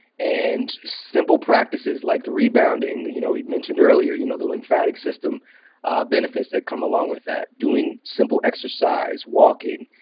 and simple practices like the rebounding. we you know mentioned earlier you know the lymphatic system benefits that come along with that. doing simple exercise, walking,